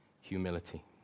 humility